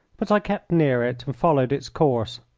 but i kept near it and followed its course.